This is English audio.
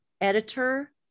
editor